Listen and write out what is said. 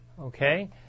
Okay